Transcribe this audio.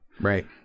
Right